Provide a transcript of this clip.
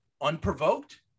unprovoked